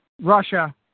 Russia